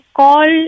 call